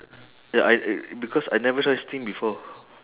ya I because I never try steam before